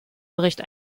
bericht